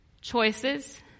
choices